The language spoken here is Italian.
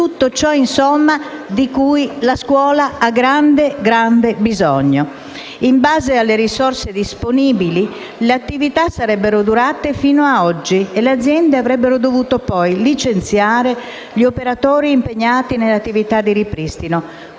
tutto ciò di cui la scuola ha grande bisogno. In base alle risorse disponibili, le attività sarebbero durate fino a oggi e le aziende avrebbero dovuto poi licenziare gli operatori impegnati nelle attività di ripristino.